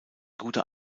guter